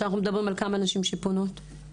על כמה נשים שפונות אנחנו מדברים?